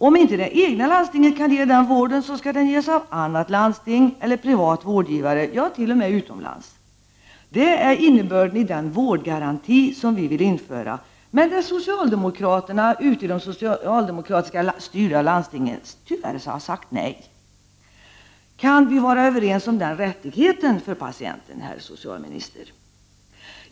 Om inte det egna landstinget kan ge vården skall den ges av annat landsting eller av privat vårdgivare, ja, t.o.m. utomlands. Det är innebörden av den vårdga ranti som vi moderater vill införa men som socialdemokraterna i landstingen tyvärr har sagt nej till. Kan vi vara överens om den rättigheten för patienten, herr socialminister?